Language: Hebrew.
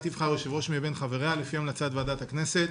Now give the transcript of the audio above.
תבחר יושב-ראש מבין חבריה לפי המלצת ועדת הכנסת.